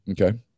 Okay